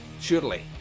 Surely